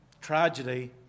Tragedy